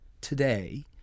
today